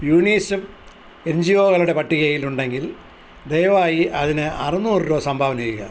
UNICEF N G O കളുടെ പട്ടികയിലുണ്ടെങ്കിൽ ദയവായി അതിന് അറുന്നൂറ് രൂപ സംഭാവന ചെയ്യുക